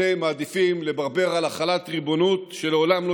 אתם מעדיפים לברבר על החלת ריבונות שלעולם לא